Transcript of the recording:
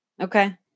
Okay